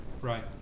Right